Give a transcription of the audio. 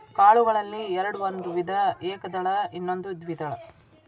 ಕಾಳುಗಳಲ್ಲಿ ಎರ್ಡ್ ಒಂದು ವಿಧ ಏಕದಳ ಇನ್ನೊಂದು ದ್ವೇದಳ